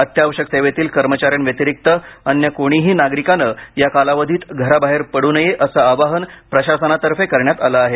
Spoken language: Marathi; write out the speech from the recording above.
अत्यावश्यक सेवेतील कर्मचाऱ्यांव्यतिरिक्त अन्य कोणीही नागरिकाने या कालावधीत घराबाहेर पडू नये असं आवाहन प्रशासनातर्फे करण्यात आलं आहे